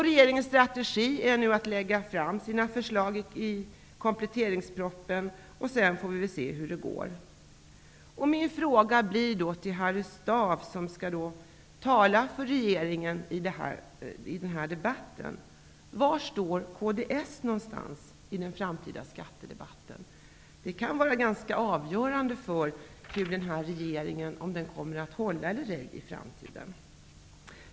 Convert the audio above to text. Regeringens strategi är nu att lägga fram sina förslag i kompletteringspropositionen. Sedan får vi se hur det går. Min fråga till Harry Staaf, som skall tala för regeringen i den här debatten, är: Var står kds när det gäller den framtida skattedebatten? Det kan vara ganska avgörande för regeringen med tanke på om den i framtiden kommer att hålla ihop eller ej. Herr talman!